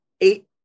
eight